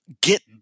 get